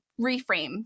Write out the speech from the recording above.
reframe